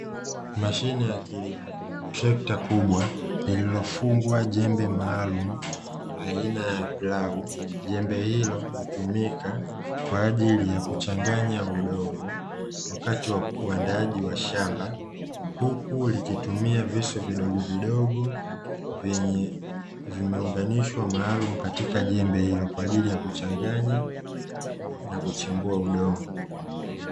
Mashine ya kilimo trekta kubwa lililofungwa jembe maalumu aina ya plau jembe hilo utumika kwaajili ya kuchanganya udondo wakati wa uandaaji wa shamba, huku likitumia visu vidogo vidogo vimeonganishwa maalumu katika jembe hilo kwaajili ya kuchanganya na kuchimbua udongo.